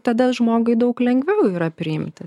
tada žmogui daug lengviau yra priimti